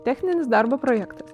techninis darbo projektas